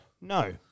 No